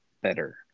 better